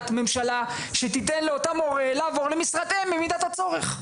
ממשלה שתיתן לאותו הורה לעבור למשרת אם במידת הצורך.